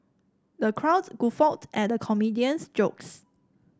the crowd guffawed at the comedian's jokes